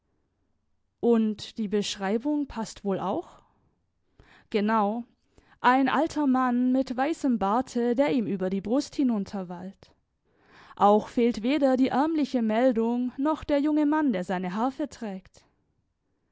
und die beschreibung paßt wohl auch genau ein alter mann mit weißem barte der ihm über die brust hinunterwallt auch fehlt weder die ärmliche meldung noch der junge mann der seine harfe trägt